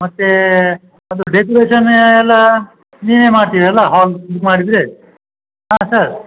ಮತ್ತು ಒಂದು ಡೆಕೊರೇಷನ್ ಎಲ್ಲ ನೀವೇ ಮಾಡ್ತೀರಲ್ವಾ ಹಾಲ್ ಬುಕ್ ಮಾಡಿದರೆ ಹಾಂ ಸರ್